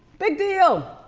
big deal.